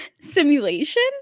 simulation